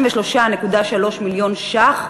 היה 163.3 מיליון ש"ח.